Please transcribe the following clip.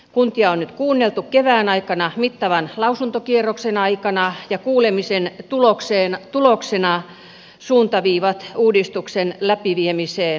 kuntia on nyt kuunneltu kevään aikana mittavan lausuntokierroksen aikana ja kuulemisen tuloksena suuntaviivat uudistuksen läpiviemiseen tarkentuivat